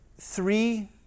three